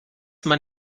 man